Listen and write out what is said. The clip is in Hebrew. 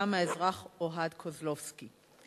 הפעם מהאזרח אוהד קוזלובסקי.